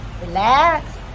Relax